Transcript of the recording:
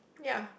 ya